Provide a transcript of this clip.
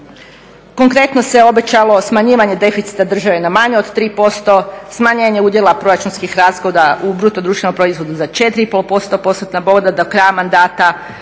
Konkretno se obećalo smanjivanje deficita države na manje od 3%, smanjenje udjela proračunskih rashoda u BDP-u za 4,5 postotna boda do kraja mandata.